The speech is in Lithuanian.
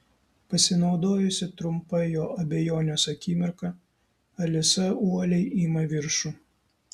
pasinaudojusi trumpa jo abejonės akimirka alisa uoliai ima viršų